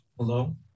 Hello